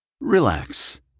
Relax